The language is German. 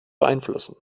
beeinflussen